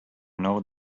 know